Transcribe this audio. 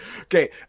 Okay